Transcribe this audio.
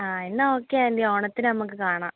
ആ എന്നാൽ okay aunty ഓണത്തിന് നമുക്ക് കാണാം